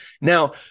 Now